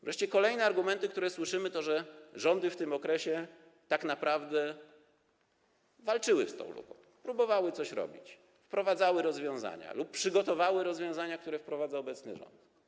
Wreszcie kolejne argumenty, które słyszymy, to że rządy w tym okresie tak naprawdę walczyły z tą luką, próbowały coś robić, wprowadzały rozwiązania lub przygotowały rozwiązania, które wprowadza obecny rząd.